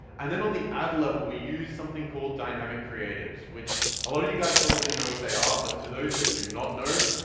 and then on the ad level, we use something called dynamic creatives, which a lot of you guys probably know what they are, but to those that do not know,